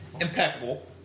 impeccable